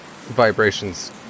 vibrations